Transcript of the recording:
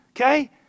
Okay